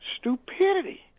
Stupidity